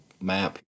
map